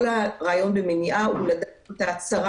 כל הרעיון במניעה הוא לתת את הדעת לצרה